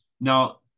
now